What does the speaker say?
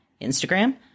Instagram